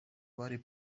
body